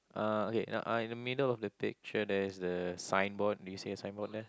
uh okay uh uh in the middle of the picture there's the signboard do you see a signboard there